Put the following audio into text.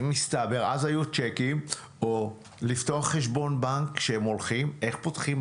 אז היו צ'קים או לפתוח חשבון בנק, איך פותחים?